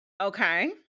Okay